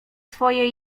swojej